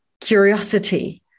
curiosity